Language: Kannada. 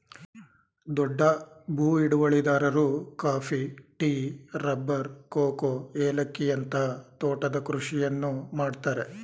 ದೊಡ್ಡ ಭೂ ಹಿಡುವಳಿದಾರರು ಕಾಫಿ, ಟೀ, ರಬ್ಬರ್, ಕೋಕೋ, ಏಲಕ್ಕಿಯಂತ ತೋಟದ ಕೃಷಿಯನ್ನು ಮಾಡ್ತರೆ